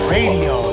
Radio